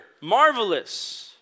marvelous